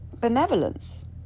benevolence